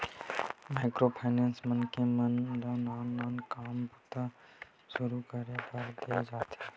micro finance मनखे मन ल नान नान काम बूता सुरू करे बर देय जाथे